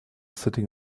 sitting